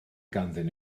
ganddyn